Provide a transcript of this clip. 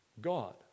God